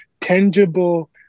tangible